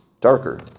darker